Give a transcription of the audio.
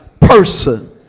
person